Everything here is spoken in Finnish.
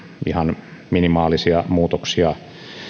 ihan minimaalisia muutoksia